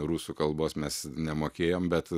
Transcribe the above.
rusų kalbos mes nemokėjom bet